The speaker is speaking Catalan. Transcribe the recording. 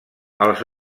els